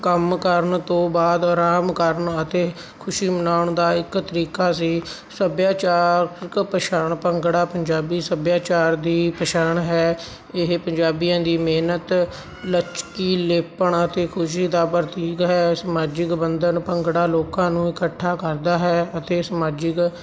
ਕੰਮ ਕਰਨ ਤੋਂ ਬਾਅਦ ਆਰਾਮ ਕਰਨ ਅਤੇ ਖੁਸ਼ੀ ਮਨਾਉਣ ਦਾ ਇੱਕ ਤਰੀਕਾ ਸੀ ਸੱਭਿਆਚਾਰਕ ਪਛਾਣ ਭੰਗੜਾ ਪੰਜਾਬੀ ਸੱਭਿਆਚਾਰ ਦੀ ਪਛਾਣ ਹੈ ਇਹ ਪੰਜਾਬੀਆਂ ਦੀ ਮਿਹਨਤ ਲਚਕੀਲੇਪਨ ਅਤੇ ਖੁਸ਼ੀ ਦਾ ਪ੍ਰਤੀਕ ਹੈ ਸਮਾਜਿਕ ਬੰਧਨ ਭੰਗੜਾ ਲੋਕਾਂ ਨੂੰ ਇਕੱਠਾ ਕਰਦਾ ਹੈ ਅਤੇ ਸਮਾਜਿਕ